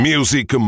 Music